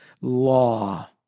law